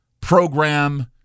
program